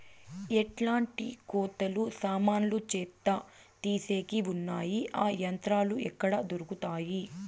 ఎట్లాంటి కోతలు సామాన్లు చెత్త తీసేకి వున్నాయి? ఆ యంత్రాలు ఎక్కడ దొరుకుతాయి?